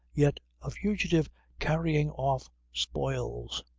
yet a fugitive carrying off spoils.